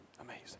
amazing